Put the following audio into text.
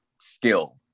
skill